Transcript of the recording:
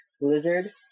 lizard